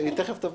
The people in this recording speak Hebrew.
היא תכף תבוא.